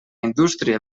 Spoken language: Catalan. indústria